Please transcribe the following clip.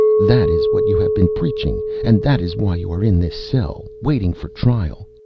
that is what you have been preaching. and that is why you are in this cell, waiting for trial.